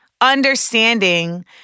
understanding